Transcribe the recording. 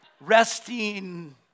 Resting